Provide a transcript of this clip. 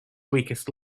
weakest